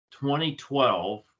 2012